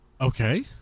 Okay